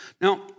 Now